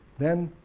then